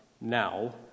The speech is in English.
now